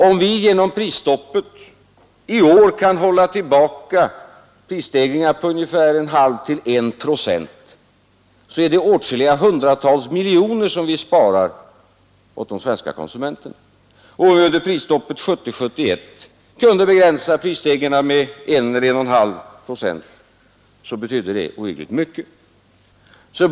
Om vi genom prisstoppet i år kan hålla tillbaka prisstegringar på 0,5 till I procent så är det åtskilliga hundratal miljoner vi sparar åt de svenska konsumenterna. När vi under prisstoppet 1970—1971 kunde begränsa prisstegringarna till 1 eller 1,5 procent så betydde det oerhört mycket.